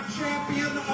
champion